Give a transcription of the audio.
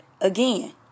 again